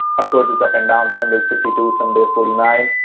of course, it's up and down, some days fifty two, some days forty nine.